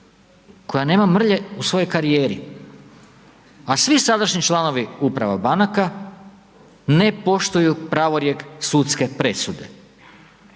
koja nema mrlje u svojoj karijeri, a svi sadašnji članovi uprava banaka ne poštuju pravorijek sudske presude,